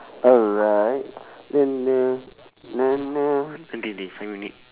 alright five minute